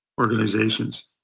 organizations